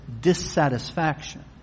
dissatisfaction